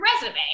resume